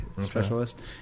specialist